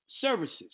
services